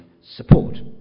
support